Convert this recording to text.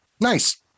nice